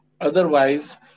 Otherwise